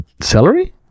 celery